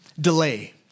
delay